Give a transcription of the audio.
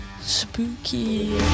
spooky